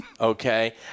okay